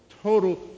Total